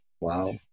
Wow